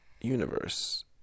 universe